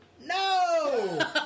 No